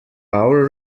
our